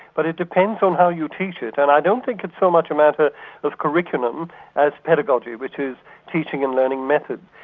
but it depends on how you teach it, and i don't think it's so much a matter of curriculum as pedagogy, which is teaching and learning method.